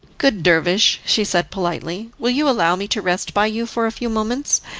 good dervish, she said politely, will you allow me to rest by you for a few moments,